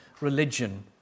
religion